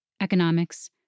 economics